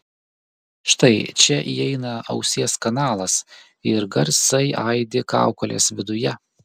štai čia įeina ausies kanalas ir garsai aidi kaukolės viduje